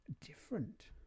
different